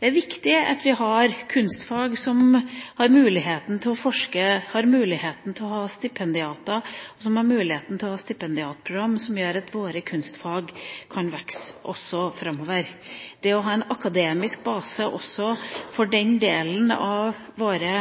Det er viktig at vi har kunstfag som gir mulighet til å forske, som gir mulighet til å ha stipendiater, og som gir mulighet til å ha stipendiatprogrammer, som gjør at våre kunstfag kan vokse framover også. Det å ha en akademisk base også for den delen av våre